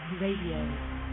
Radio